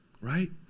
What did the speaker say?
right